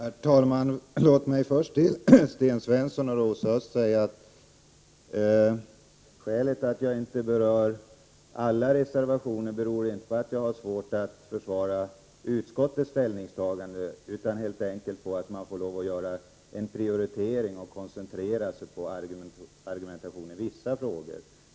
Herr talman! Låt mig först till Sten Svensson och Rosa Östh säga att skälet till att jag inte berör alla reservationer är inte att jag har svårt att försvara utskottets ställningstagande utan att jag får lov att göra en prioritering och koncentrera argumentationen till vissa frågor.